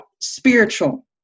spiritual